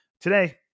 today